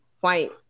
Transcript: white